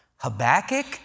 Habakkuk